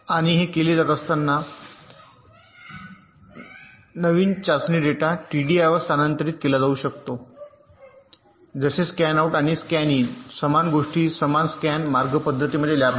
आणि हे केले जात असताना नवीन चाचणी डेटा टीडीआय वर स्थानांतरित केला जाऊ शकतो जसे स्कॅन आउट आणि येथे स्कॅन इन समान गोष्टी समान स्कॅन मार्ग पद्धतीमध्ये लॅप झाला